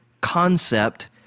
concept